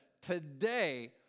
today